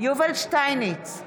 יובל שטייניץ,